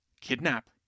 Kidnap